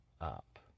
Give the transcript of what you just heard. up